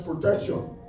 protection